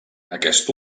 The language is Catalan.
aquest